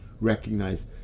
recognize